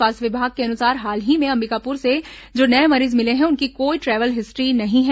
स्वास्थ्य विभाग के अनुसार हाल ही में अंबिकापुर से जो नये मरीज मिले हैं उनकी कोई ट्रैवल हिस्ट्री नहीं है